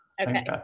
okay